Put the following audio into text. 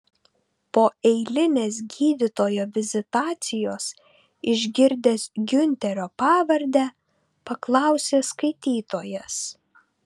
po eilinės gydytojo vizitacijos išgirdęs giunterio pavardę paklausė skaitytojas